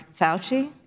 Fauci